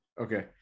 Okay